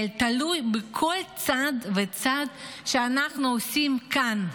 תלוי בכל צעד וצעד שאנחנו עושים כאן.